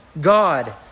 God